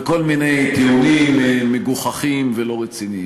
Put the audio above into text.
אתה עושה הפרד ומשול.